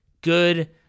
Good